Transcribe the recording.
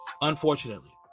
Unfortunately